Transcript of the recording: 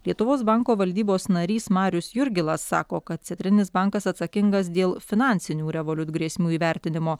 lietuvos banko valdybos narys marius jurgilas sako kad centrinis bankas atsakingas dėl finansinių revoliut grėsmių įvertinimo